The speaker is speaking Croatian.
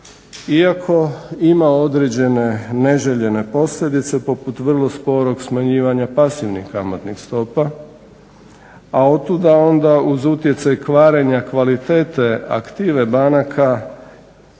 Iako ima određene neželjene posljedice poput vrlo sporog smanjivanja pasivnih kamatnih stopa, a otuda onda uz utjecaj kvarenja kvalitete aktive banaka